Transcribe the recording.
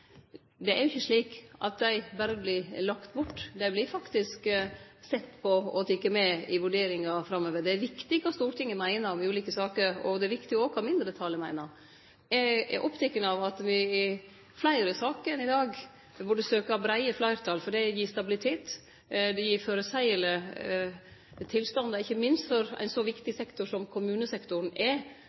jo ikkje berre lagde bort. Dei vert sette på og tekne med i vurderinga framover. Det er viktig kva Stortinget meiner om ulike saker, og det er òg viktig kva mindretalet meiner. Eg er oppteken av at me i fleire saker enn i dag burde søkje breie fleirtal. Det gir stabilitet og føreseielege tilstandar, ikkje minst for ein så viktig sektor som kommunesektoren.